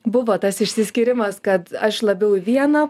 buvo tas išsiskyrimas kad aš labiau į vieną